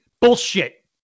Bullshit